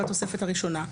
בתוספת הראשונה.